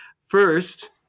first